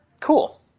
cool